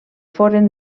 foren